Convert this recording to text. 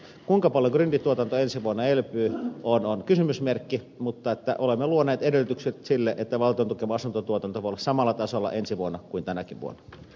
kuinka paljon gryndituotanto ensi vuonna elpyy on kysymysmerkki mutta olemme luoneet edellytykset sille että valtion tukema asuntotuotanto voi olla samalla tasolla ensi vuonna kuin tänäkin vuonna